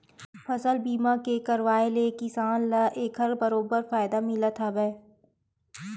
फसल बीमा के करवाय ले किसान ल एखर बरोबर फायदा मिलथ हावय